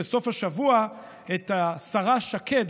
שמענו בסוף השבוע את השרה שקד,